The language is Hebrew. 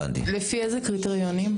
לפי איזה קריטריונים?